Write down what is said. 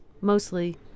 mostly